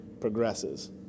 progresses